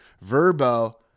Verbo